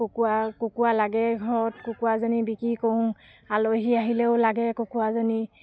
কুকুৰা কুকুৰা লাগেই ঘৰত কুকুৰাজনী বিক্ৰী কৰোঁ আলহী আহিলেও লাগে কুকুৰাজনী